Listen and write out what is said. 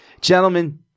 Gentlemen